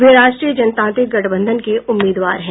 वे राष्ट्रीय जनतांत्रिक गठबंधन के उम्मीदवार हैं